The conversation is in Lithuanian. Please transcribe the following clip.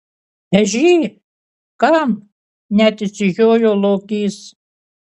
ežy kam net išsižiojo lokys